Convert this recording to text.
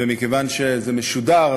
ומכיוון שזה משודר,